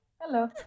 hello